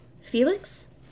Felix